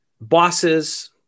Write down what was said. bosses